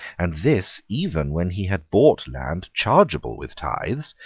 and this even when he had bought land chargeable with tithes,